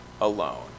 alone